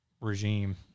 regime